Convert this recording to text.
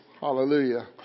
Hallelujah